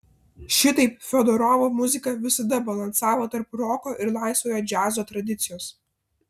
šitaip fiodorovo muzika visada balansavo tarp roko ir laisvojo džiazo tradicijos